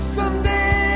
Someday